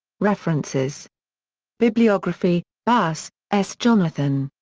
references bibliography bass, s. jonathan.